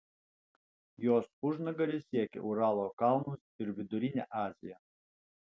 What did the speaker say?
jos užnugaris siekia uralo kalnus ir vidurinę aziją